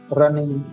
running